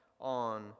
on